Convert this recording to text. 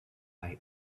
lie